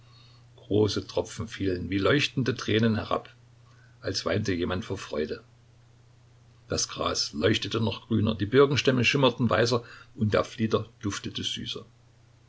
große tropfen fielen wie leuchtende tränen herab als weinte jemand vor freude das gras leuchtete noch grüner die birkenstämme schimmerten weißer und der flieder duftete süßer